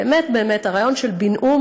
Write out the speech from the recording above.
באמת באמת, הרעיון של בינאום